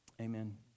amen